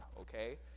okay